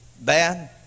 bad